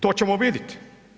To ćemo vidjeti.